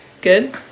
good